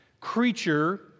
creature